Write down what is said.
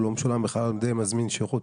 הוא לא משולם בכלל על ידי מזמין שירות.